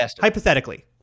Hypothetically